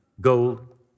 gold